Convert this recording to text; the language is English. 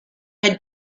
had